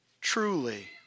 truly